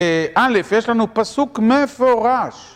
א', יש לנו פסוק מפורש.